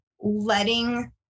letting